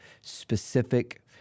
specific